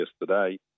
yesterday